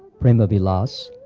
prema-vilas,